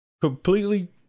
completely